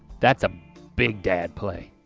that's a big dad play.